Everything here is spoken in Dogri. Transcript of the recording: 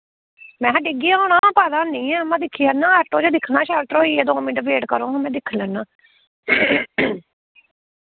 महै डिग्गिया होना पता हैनी ऐ उ'आं दिक्खी औना आटो च दिक्खना शैल धरोइयै दो मिंट वेट करो हां मैं दिक्ख लैना